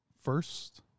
first